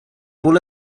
buca